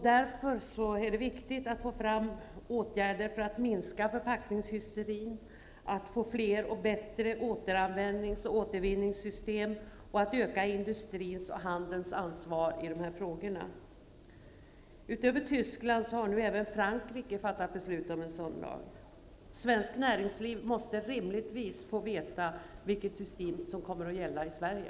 Därför är det viktigt att få fram åtgärder för att minska förpackningshysterin, att få fler och bättre återanvändnings och återvinningssystem och att öka industrins och handelns ansvar i dessa frågor. Utöver Tyskland har nu även Frankrike fattat beslut om en sådan lag. Svenskt näringsliv måste rimligtvis få veta vilket system som kommer att gälla i Sverige.